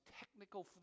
technical